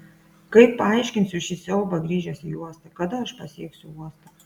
kaip paaiškinsiu šį siaubą grįžęs į uostą kada aš pasieksiu uostą